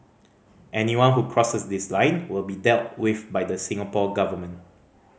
anyone who cross this line will be dealt with by the Singapore Government